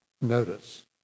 Notice